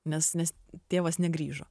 nes nes tėvas negrįžo